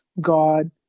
God